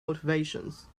motivations